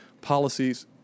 policies